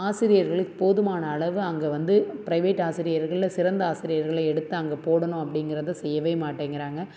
ஆசிரியர்களும் போதுமான அளவு அங்கே வந்து பிரைவேட் ஆசிரியர்களில் சிறந்த ஆசிரியர்களை எடுத்து அங்கே போடணும் அப்படிங்கறத செய்யவே மாட்டேங்கிறாங்க